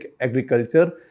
agriculture